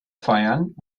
feiern